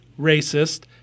racist